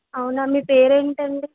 అవునా మీ పేరేంటండి